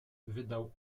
wydał